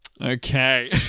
Okay